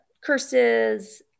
curses